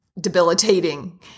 debilitating